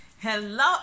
hello